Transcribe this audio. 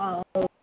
हां हो